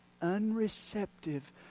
unreceptive